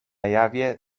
jawie